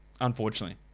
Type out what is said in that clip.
Unfortunately